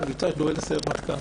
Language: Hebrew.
ולא אפרט.